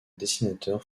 dessinateur